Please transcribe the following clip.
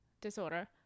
disorder